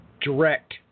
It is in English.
direct